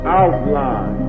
outline